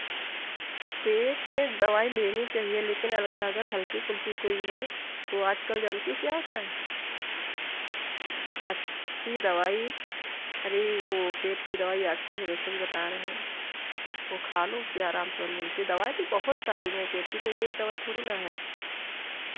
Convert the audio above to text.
पेट में दवाई लेनी चाहिए लेकिन अल अगर हल्की फुल्की कोई है तो आजकल जानती हो क्या होता है अच्छी दवाई अरे वो पेट की दवाई आती है देखो अभी बता रहे हैं वो खा लो फिर आराम तुरन्त मिलती है दवाई भी बहुत सारी हैं पेट की कोई एक दवाई थोड़ी ना है